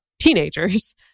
teenagers